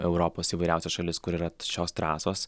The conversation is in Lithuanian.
europos įvairiausias šalis kur yra šios trasos